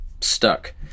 stuck